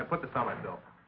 i put this on myself